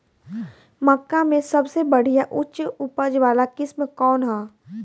मक्का में सबसे बढ़िया उच्च उपज वाला किस्म कौन ह?